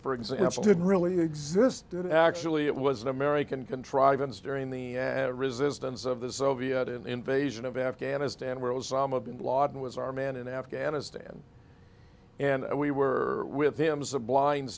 for example didn't really exist didn't actually it was an american contrivance during the resistance of the soviet invasion of afghanistan where osama bin laden was our man in afghanistan and we were with him as a blind